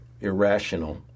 irrational